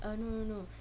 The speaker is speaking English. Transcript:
ah no no no